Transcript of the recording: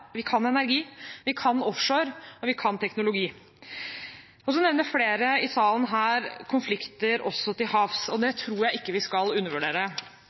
Vi kan energi, vi kan offshore, og vi kan teknologi. Så nevner flere i denne salen konflikter også til havs, og det tror jeg ikke vi skal undervurdere.